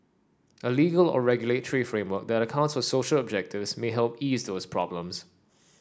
a legal or regulatory framework that accounts for social objectives may help ease those problems